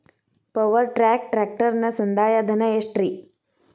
Power track ಟ್ರ್ಯಾಕ್ಟರನ ಸಂದಾಯ ಧನ ಎಷ್ಟ್ ರಿ?